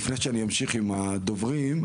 לפני שאמשיך עם הדוברים,